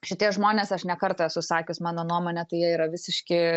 šitie žmonės aš ne kartą esu sakęs mano nuomone tai jie yra visiški